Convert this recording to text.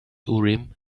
urim